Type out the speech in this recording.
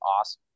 awesome